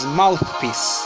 mouthpiece